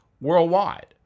worldwide